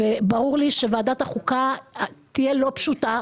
וברור לי שוועדת החוקה תהיה לא פשוטה.